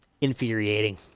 infuriating